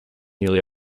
newly